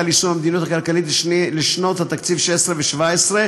ליישום המדיניות הכלכלית לשנות התקציב 2016 ו-2017),